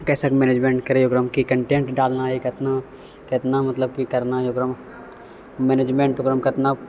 कइसे मैनेजमेन्ट करै ओकरामे कि कन्टेन्ट डालना अइ कतना कतना मतलब कि करना हइ ओकरामे मैनेजमेन्ट ओकरामे कतना